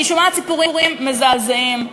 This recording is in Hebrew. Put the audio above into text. אני שומעת סיפורים מזעזעים.